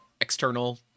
external